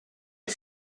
you